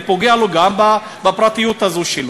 אני פוגע לו גם בפרטיות הזאת שלו.